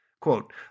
Quote